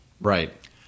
Right